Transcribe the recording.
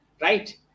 right